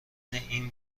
این